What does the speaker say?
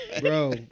Bro